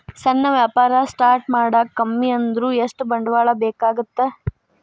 ಸಣ್ಣ ವ್ಯಾಪಾರ ಸ್ಟಾರ್ಟ್ ಮಾಡಾಕ ಕಮ್ಮಿ ಅಂದ್ರು ಎಷ್ಟ ಬಂಡವಾಳ ಬೇಕಾಗತ್ತಾ